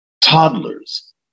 toddlers